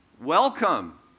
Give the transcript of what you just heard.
Welcome